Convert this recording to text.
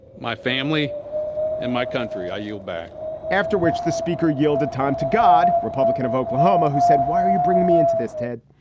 my family and my country. i yield back after which the speaker yielded time to god. republican of oklahoma, who said, why are bringing me into this, ted?